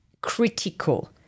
critical